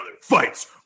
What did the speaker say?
Fights